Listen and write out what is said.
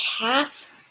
half